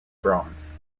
bronze